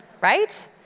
right